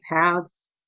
paths